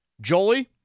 Jolie